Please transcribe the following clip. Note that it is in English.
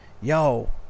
Yo